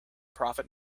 profit